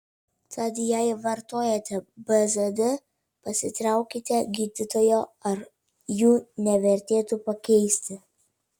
tad jei vartojate bzd pasiteiraukite gydytojo ar jų nevertėtų pakeisti